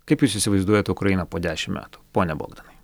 kaip jūs įsivaizduojat ukrainą po dešimt metų pone bogdanai